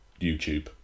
YouTube